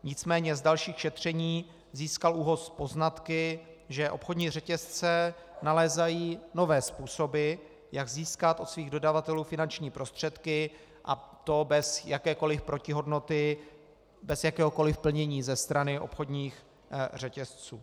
Nicméně z dalších šetření získal ÚOHS poznatky, že obchodní řetězce nalézají nové způsoby, jak získat od svých dodavatelů finanční prostředky, a to bez jakékoliv protihodnoty, bez jakéhokoliv plnění ze strany obchodních řetězců.